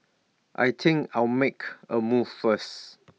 I think I'll make A move first